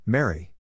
Mary